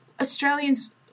Australians